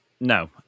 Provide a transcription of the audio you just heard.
No